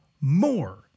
more